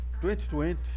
2020